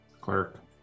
clerk